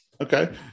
Okay